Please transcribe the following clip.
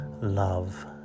Love